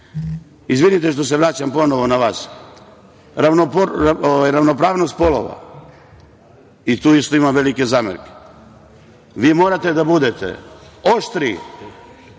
Izvinite što se vraćam ponovo na vas. Ravnopravnost polova, i tu isto imam velike zamerke. Vi morate da budete oštri